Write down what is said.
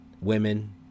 women